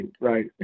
right